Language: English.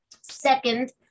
Second